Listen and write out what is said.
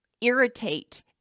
irritate